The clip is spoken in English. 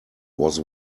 was